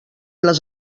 les